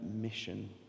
mission